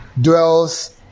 dwells